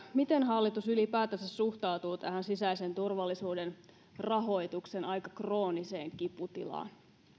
miten hallitus ylipäätänsä suhtautuu tähän sisäisen turvallisuuden rahoituksen aika krooniseen kiputilaan